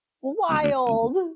wild